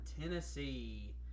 Tennessee